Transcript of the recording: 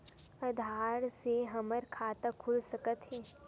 आधार से हमर खाता खुल सकत हे?